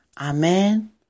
Amen